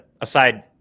aside